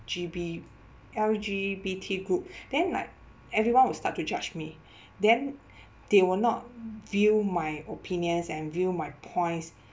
G B LGBT group then like everyone will start to judge me then they will not view my opinions and view my points